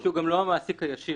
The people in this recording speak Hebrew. שהוא גם לא המעסיק הישיר.